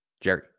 Jerry